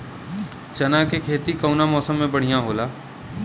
चना के खेती कउना मौसम मे बढ़ियां होला?